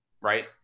right